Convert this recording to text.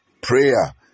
Prayer